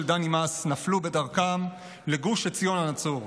דני מס נפלו בדרכם לגוש עציון הנצור.